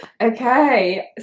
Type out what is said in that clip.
Okay